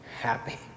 happy